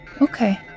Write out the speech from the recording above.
Okay